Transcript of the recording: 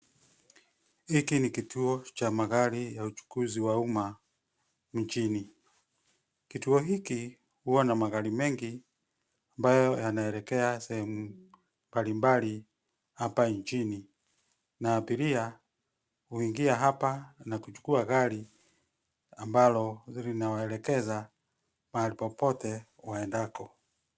Hiki ni kituo cha magari ya uchukuzi wa umma mjini. Kituo hiki huwa na magari mengi ambayo yanaelekea sehemu mbali mbali hapa nchini na abiria huingia hapa na kuchukua gari ambalo linawaelekeza mahali popote waendako.